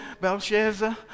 Belshazzar